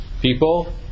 people